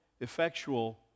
effectual